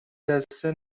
دسته